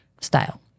style